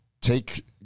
take